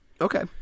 Okay